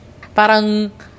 parang